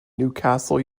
newcastle